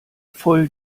voll